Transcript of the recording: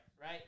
right